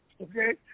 Okay